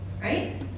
Right